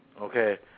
Okay